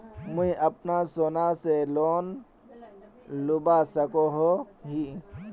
मुई अपना सोना से लोन लुबा सकोहो ही?